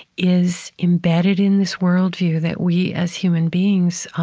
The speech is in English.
is embedded in this worldview that we, as human beings,